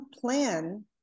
plan